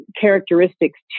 characteristics